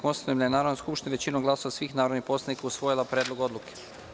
Konstatujem da je Narodna skupština većinom glasova svih narodnih poslanika usvojila Predlog odluke.